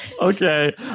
Okay